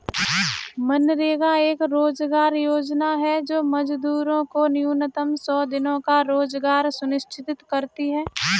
मनरेगा एक रोजगार योजना है जो मजदूरों को न्यूनतम सौ दिनों का रोजगार सुनिश्चित करती है